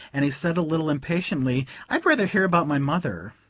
and he said a little impatiently i'd rather hear about my mother.